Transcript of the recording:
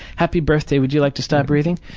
happy birthday, would you like to stop breathing?